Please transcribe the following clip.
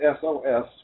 SOS